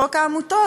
חוק העמותות,